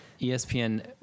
ESPN